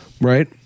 Right